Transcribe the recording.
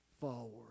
forward